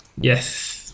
Yes